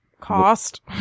cost